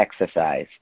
exercise